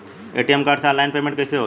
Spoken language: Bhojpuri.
ए.टी.एम कार्ड से ऑनलाइन पेमेंट कैसे होई?